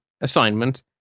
assignment